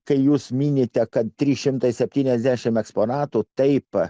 kai jūs minite kad trys šimtai septynias dešimt eksponatų taip